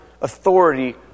authority